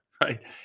Right